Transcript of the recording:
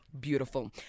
Beautiful